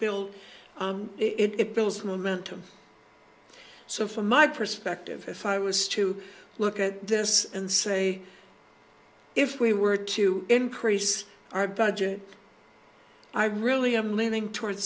build it builds momentum so from my perspective if i was to look at this and say if we were to increase our budget i really am leaning towards